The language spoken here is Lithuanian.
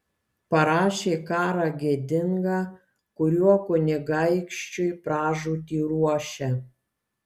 parašė karą gėdingą kuriuo kunigaikščiui pražūtį ruošia